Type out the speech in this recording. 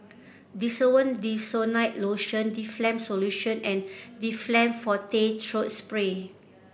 Desowen Desonide Lotion Difflam Solution and Difflam Forte Throat Spray